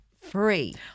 free